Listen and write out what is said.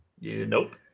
Nope